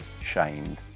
shamed